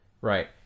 Right